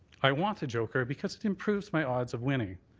i want a joker because it improves my odds of winning.